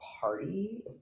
party